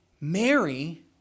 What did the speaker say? Mary